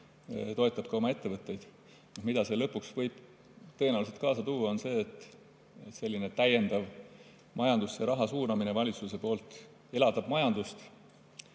toetab oma ettevõtteid. Mida see lõpuks võib tõenäoliselt kaasa tuua, on see, et selline täiendav majandusse raha suunamine valitsuse poolt elavdab majandust.